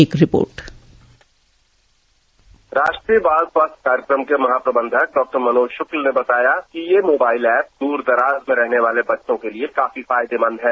एक रिपोर्ट राष्ट्रीय बाल स्वास्थ्य कार्यक्रम के महाप्रबंधक डॉ मनोज शुक्ल ने बताया कि ये मोबाइल एप दूरदराज में रहने वाले बच्चों के लिए काफी फायदेमंद है